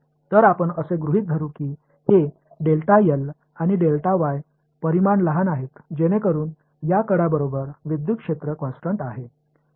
तर आपण असे गृहीत धरू की हे आणि परिमाण लहान आहेत जेणेकरून या कडा बरोबर विद्युत क्षेत्र कॉन्स्टन्ट आहे